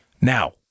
Now